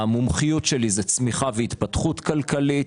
המומחיות שלי זה צמיחה והתפתחות כלכלית.